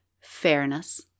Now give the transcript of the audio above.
fairness